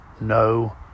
no